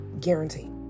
Guarantee